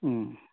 ꯎꯝ